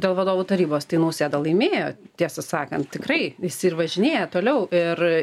dėl vadovų tarybos tai nausėda laimėjo tiesą sakant tikrai jis ir važinėja toliau ir